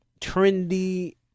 trendy